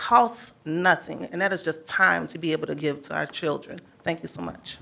costs nothing and that is just time to be able to give our children thank you so much